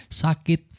sakit